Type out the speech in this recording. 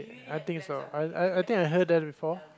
I think so I I I think I heard that before